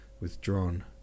withdrawn